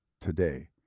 today